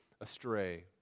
astray